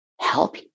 help